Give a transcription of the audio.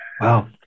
Wow